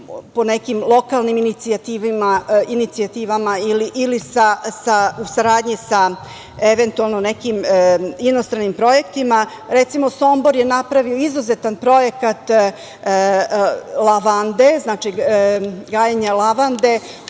po nekim lokalnim inicijativama ili u saradnji sa nekim inostranim projektima. Recimo, Sombor je napravio izuzetan projekat lavande.